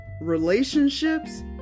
relationships